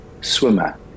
swimmer